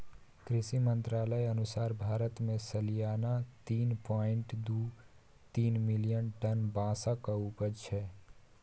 कृषि मंत्रालयक अनुसार भारत मे सलियाना तीन पाँइट दु तीन मिलियन टन बाँसक उपजा छै